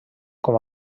com